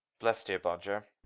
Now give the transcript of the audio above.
bless dear bodger!